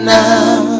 now